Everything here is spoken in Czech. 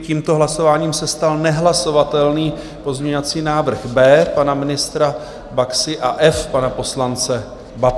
Tímto hlasováním se stal nehlasovatelný pozměňovací návrh B pana ministra Baxy a F pana poslance Babky.